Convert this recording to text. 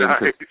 nice